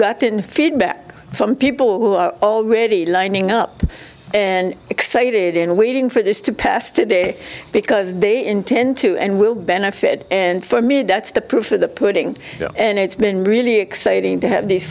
gotten feedback from people who are already lining up and excited and waiting for this to pest to day because they intend to and will benefit and for me that's the proof of the putting and it's been really exciting to have these